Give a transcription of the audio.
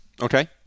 Okay